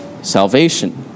salvation